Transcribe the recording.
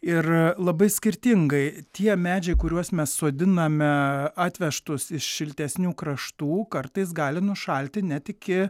ir labai skirtingai tie medžiai kuriuos mes sodiname atvežtus iš šiltesnių kraštų kartais gali nušalti net iki